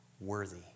worthy